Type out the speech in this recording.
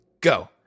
go